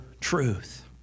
truth